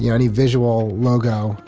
yeah any visual logo,